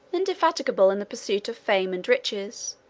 indefatigable in the pursuit of fame and riches,